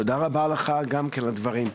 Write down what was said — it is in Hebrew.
תודה רבה לך גם כן על הדברים.